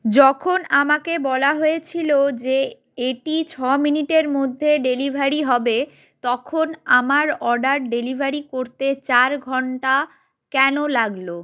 যখন আমাকে বলা হয়েছিলো যে এটি ছ মিনিটের মধ্যে ডেলিভারি হবে তখন আমার অর্ডার ডেলিভারি করতে চার ঘন্টা কেন লাগলো